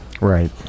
Right